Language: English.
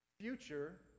future